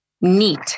neat